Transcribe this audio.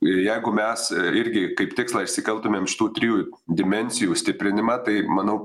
jeigu mes irgi kaip tikslą išsikeltumėm šitų trijų dimensijų stiprinimą tai manau